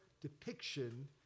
depiction